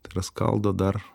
tai yra skaldo dar